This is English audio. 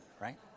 right